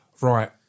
right